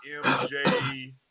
MJ